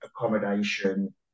accommodation